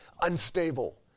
unstable